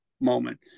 moment